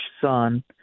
son